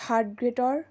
third গ্ৰেডৰ